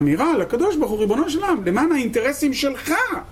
אמירה לקדוש ברוך הוא, ריבונו שלם, למען האינטרסים שלך!